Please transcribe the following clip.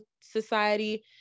Society